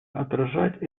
отражать